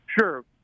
Sure